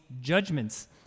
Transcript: judgments